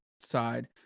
Side